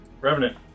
Revenant